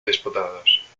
disputados